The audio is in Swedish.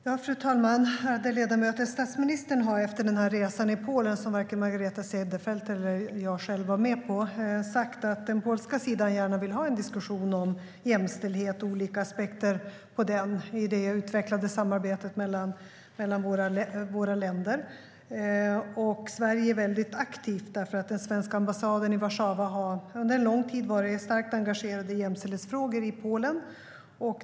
Fru talman! Ärade ledamöter! Statsministern har efter resan i Polen, som varken Margareta Cederfelt eller jag själv var med på, sagt att den polska sidan gärna vill ha en diskussion om jämställdhet och olika aspekter på den i det utvecklade samarbetet mellan våra länder. Sverige är väldigt aktivt. Den svenska ambassaden i Warszawa har under en lång tid starkt varit engagerad i jämställhetsfrågor i Polen.